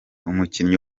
umukinnyi